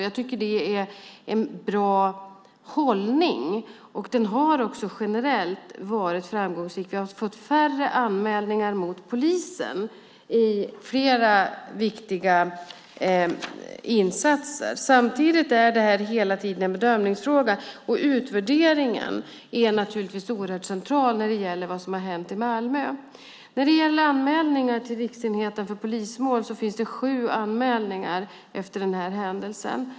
Jag tycker att det är en bra hållning, och den har också generellt varit framgångsrik. Vi har fått färre anmälningar mot polisen vid flera viktiga insatser. Samtidigt är det här hela tiden en bedömningsfråga, och utvärderingen är naturligtvis oerhört central när det gäller vad som har hänt i Malmö. När det gäller anmälningar till Riksenheten för polismål finns det sju sådana efter den här händelsen.